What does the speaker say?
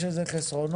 יש לזה חסרונות